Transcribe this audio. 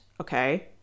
Okay